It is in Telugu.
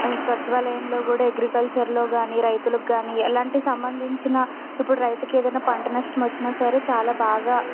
సచివాలయంలో కూడా అగ్రికల్చర్లో కానీ రైతులకు కానీ ఎలాంటి సంబంధించిన ఇప్పుడు రైతుకు ఏదైనా పంట నష్టం వచ్చినా సరే చాలా బాగా